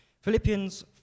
Philippians